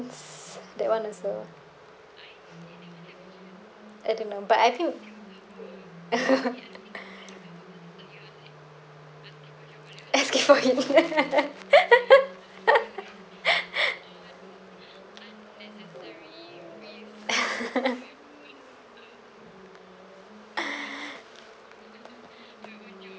that one also I don't know but I think I get what you